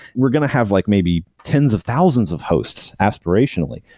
we're going to have like maybe tens of thousands of hosts aspirationally.